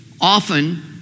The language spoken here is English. often